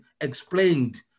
explained